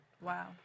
Wow